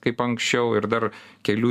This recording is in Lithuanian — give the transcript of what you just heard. kaip anksčiau ir dar kelių